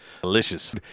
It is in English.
delicious